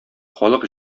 халык